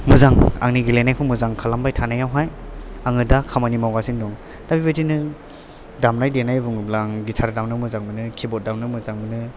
मोजां आंनि गेलेनायखौ मोजां खालामबाय थानायाव हाय आङो दा खामानि मावगासिनो दं दा बेबायदिनो दामनाय देनाय बुङोब्ला आं गिथार दामनो मोजां मोनो किबर्ड दामनो मोजां मोनो